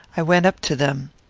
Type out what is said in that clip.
i went up to them.